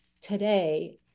today